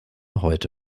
heute